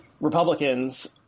Republicans